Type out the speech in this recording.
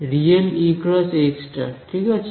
ReE × H ঠিক আছে